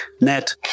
net